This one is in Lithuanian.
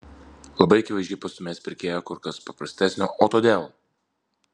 labai akivaizdžiai pastūmės pirkėją kur kas paprastesnio o todėl